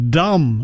dumb